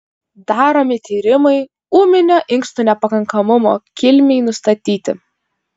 daromi tyrimai ūminio inkstų nepakankamumo kilmei nustatyti